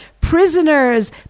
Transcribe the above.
prisoners